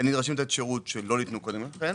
הם נדרשים לתת שירות שלא ניתנו קודם לכם.